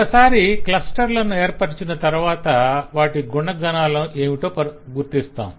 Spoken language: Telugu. ఒక సారి క్లస్టర్లలను ఏర్పరిచిన తరువాత వాటి గుణగణాలు ఏమిటో గుర్తిస్తాం